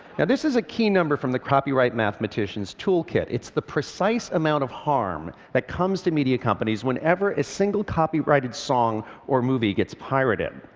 and this is a key number from the copyright mathematicians' toolkit. it's the precise amount of harm that comes to media companies whenever a single copyrighted song or movie gets pirated.